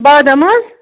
بادم حظ